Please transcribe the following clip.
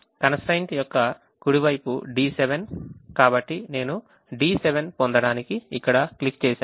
Constraint యొక్క కుడి వైపు D7 కాబట్టి నేను D7 పొందడానికి అక్కడ క్లిక్ చేశాను